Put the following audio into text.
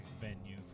venue